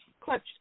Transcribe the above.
Clutch